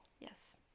yes